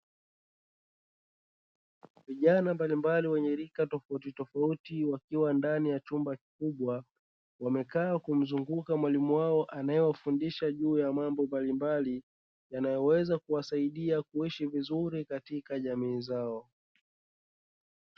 Vijana mbalimbali wenye rika tofautitofauti wakiwa ndani ya chumba kikubwa wamekaa kumzunguka mwalimu wao anayewafundisha juu ya mambo mbalimbali, yanayo weza kuwasaidia kuishi vizuri katika jamii zao.